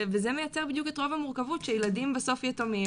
וזה מייתר בדיוק את רוב המורכבות שילדים יתומים,